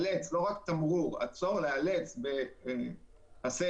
לא רק תמרור עצור אלא לאלץ באמצעות פסי